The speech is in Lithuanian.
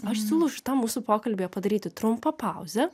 aš siūlau šitam mūsų pokalbyje padaryti trumpą pauzę